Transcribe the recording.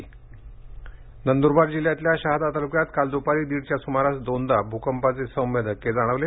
भकंप नंद्रबार जिल्ह्यातल्या शहादा तालुक्यात काल दूपारी दिडच्या सुमारास दोनदा भुकपाचे सौम्य धक्के जाणवले